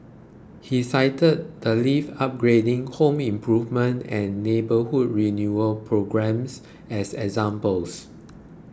he cited the lift upgrading home improvement and neighbourhood renewal programmes as examples